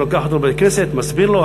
לוקח אותו לבית-הכנסת ומסביר לו.